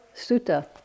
sutta